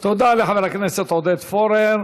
תודה לחבר הכנסת עודד פורר.